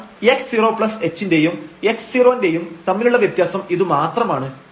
കാരണം x0h ന്റെയും x0 ന്റെയും തമ്മിലുള്ള വ്യത്യാസം ഇതു മാത്രമാണ്